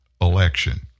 election